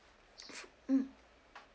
f~ mm